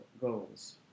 goals